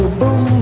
boom